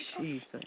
Jesus